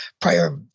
prior